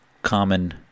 common